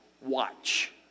Watch